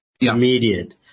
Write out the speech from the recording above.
immediate